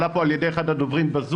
עלה פה על ידי אחד הדוברים בזום,